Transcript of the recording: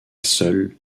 seule